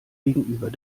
gegenüber